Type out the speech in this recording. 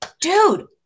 dude